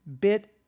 bit